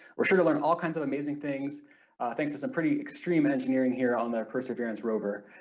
we're sure to learn all kinds of amazing things thanks to some pretty extreme engineering here on the perseverance rover.